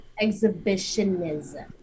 exhibitionism